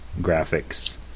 graphics